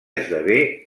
esdevé